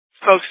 folks